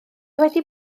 wedi